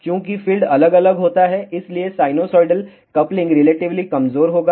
चूंकि फील्ड अलग अलग होता है इसलिए साइनोसॉइडली कपलिंग रिलेटिवली कमजोर होगा